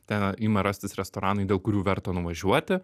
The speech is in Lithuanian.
ten ima rastis restoranai dėl kurių verta nuvažiuoti